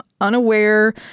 unaware